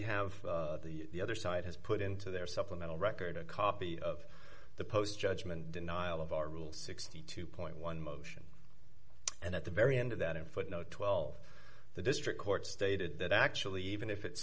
have the other side has put into their supplemental record a copy of the post judgment denial of our rule sixty two point one motion and at the very end of that in footnote twelve the district court stated that actually even if it's